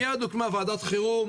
מייד הוקמה וועדת חירום,